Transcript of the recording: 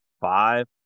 five